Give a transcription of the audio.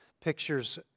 pictures